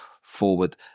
forward